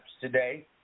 today